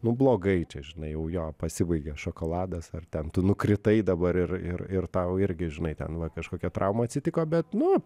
nu blogai čia žinai jau jo pasibaigė šokoladas ar ten tu nukritai dabar ir ir ir tau irgi žinai ten va kažkokia trauma atsitiko bet nu